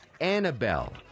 Annabelle